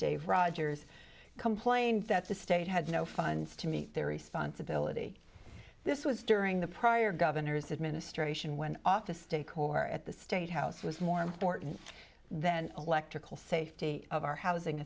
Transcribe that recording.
dave rogers complained that the state had no funds to meet their responsibility this was during the prior governor's administration when office decor at the state house was more important then electrical safety of our housing